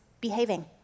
behaving